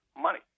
money